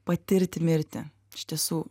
patirti mirtį iš tiesų